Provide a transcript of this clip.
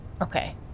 Okay